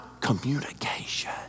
communication